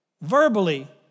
verbally